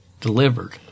delivered